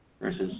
Versus